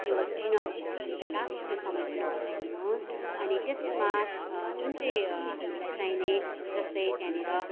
त्यो डिनरको हामीलाई त्यो लास्ट पनि बताइ दिनुहोस् अनि त्यसमा जुन चाहिँ हामीलाई चाहिने जस्तै त्यहाँनिर